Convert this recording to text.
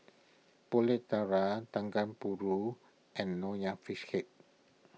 Pulut Tatal Dendeng Paru and Nonya Fish Head